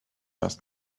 ask